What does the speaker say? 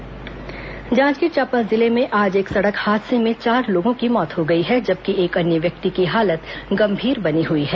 दर्घटना जांजगीर चांपा जिले में आज एक सड़क हादसे में चार लोगों की मौत हो गई है जबकि एक अन्य व्यक्ति की हालत गंभीर बनी हुई है